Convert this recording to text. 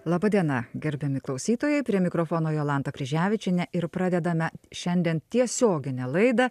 laba diena gerbiami klausytojai prie mikrofono jolanta kryževičienė ir pradedame šiandien tiesioginę laidą